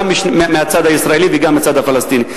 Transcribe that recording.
גם מהצד הישראלי וגם מהצד הפלסטיני.